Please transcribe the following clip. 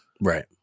Right